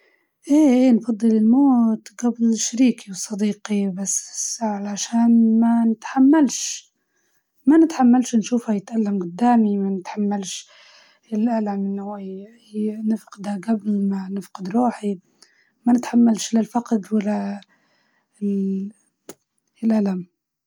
سؤال صعب جدا، لكن بما إن ضليت على الشوافة، بتجاوب بنفضل نموت قبله يعني، لإني ما نتحملش نشوفه يتألم.